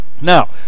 Now